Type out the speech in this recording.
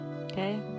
Okay